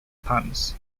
puns